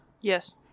Yes